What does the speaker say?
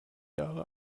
jahre